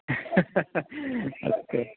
अस्तु